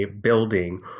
building